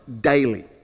daily